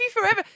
forever